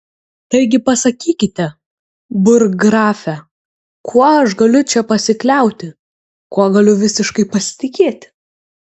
taigi pasakykite burggrafe kuo aš galiu čia pasikliauti kuo galiu visiškai pasitikėti